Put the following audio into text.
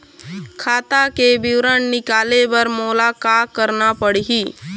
खाता के विवरण निकाले बर मोला का करना पड़ही?